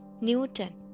Newton